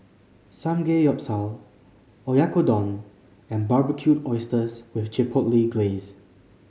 Samgeyopsal Oyakodon and Barbecued Oysters with Chipotle Glaze